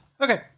Okay